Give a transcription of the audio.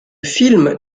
film